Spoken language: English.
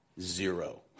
Zero